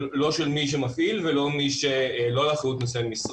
מי שמפעיל ולא מי לא אחוד נושא משרה.